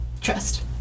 trust